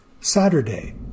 Saturday